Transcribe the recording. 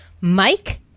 Mike